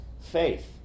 faith